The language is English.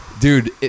Dude